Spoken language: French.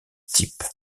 type